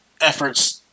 efforts